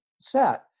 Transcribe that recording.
set